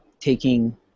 taking